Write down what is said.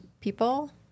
people